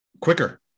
Quicker